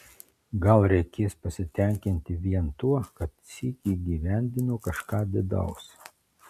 gal reikės pasitenkinti vien tuo kad sykį įgyvendino kažką didaus